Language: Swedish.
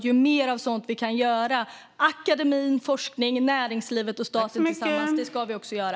Ju mer av sådant vi kan göra inom akademien, forskning, näringsliv och staten tillsammans ska vi också göra.